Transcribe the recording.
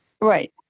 Right